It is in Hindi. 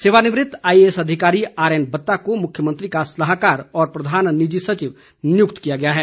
सेवानिवृत आई ए एस अधिकारी आर एन बत्ता को मुख्यमंत्री का सलाहकार और प्रधान निजी सचिव नियुक्त किया गया है